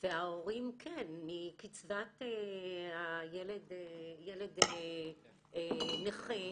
והורים, כן, מקצבת ילד נכה,